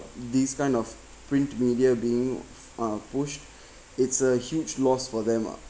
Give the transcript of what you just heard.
this kind of print media being uh pushed it's a huge loss for them ah